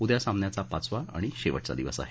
उद्या सामन्याचा पाचवा आणि शेवटचा दिवस आहे